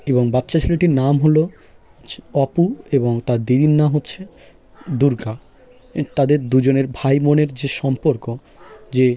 এবং বাচ্চা ছেলেটির নাম হলো অপু এবং তার দিদির নাম হচ্ছে দুর্গা এ তাদের দুজনের ভাই বোনের যে সম্পর্ক যে